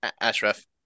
Ashraf